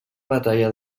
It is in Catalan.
batalla